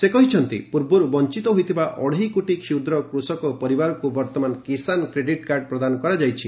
ସେ କହିଛନ୍ତି ପୂର୍ବରୁ ବଂଚିତ ହୋଇଥିବା ଅଢେଇ କୋଟି କ୍ଷୁଦ୍ର କୃଷକ ପରିବାରକୁ ବର୍ତମାନ କିଷାନ୍ କ୍ରେଡିଟ୍ କାର୍ଡ ପ୍ରଦାନ କରାଯାଇଛି